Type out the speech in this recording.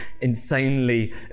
insanely